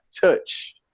touch